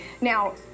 Now